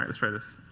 and try this.